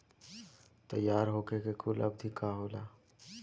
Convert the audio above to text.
तैयार होखे के कूल अवधि का होला?